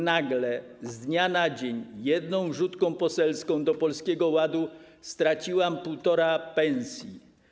Nagle z dnia na dzień jedną wrzutką poselską do Polskiego Ładu straciłam półtorej pensji.